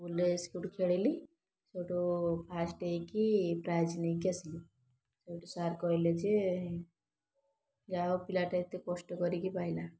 ସ୍କୁଲ୍ରେ ଖେଳିଲି ସେଉଠୁ ଫାର୍ଷ୍ଟ୍ ହୋଇକି ପ୍ରାଇଜ୍ ନେଇକି ଆସିଲି ସେଉଠୁ ସାର୍ କହିଲେ ଯେ ଯାହା ହେଉ ପିଲାଟା ଏତେ କଷ୍ଟ କରିକି ପାଇଲା